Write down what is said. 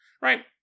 right